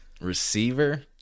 Receiver